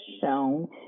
shown